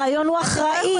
הרעיון הוא אחראי,